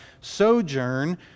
sojourn